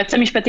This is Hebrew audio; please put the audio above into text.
והיועץ המשפטי